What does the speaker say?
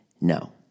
No